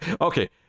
Okay